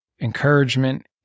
encouragement